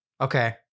Okay